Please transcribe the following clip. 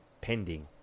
pending